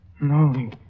No